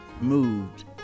moved